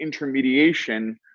intermediation